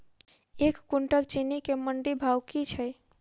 एक कुनटल चीनी केँ मंडी भाउ की छै?